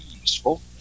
useful